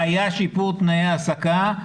היה שיפור תנאי העסקה.